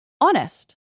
honest